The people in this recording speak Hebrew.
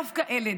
דווקא אלה,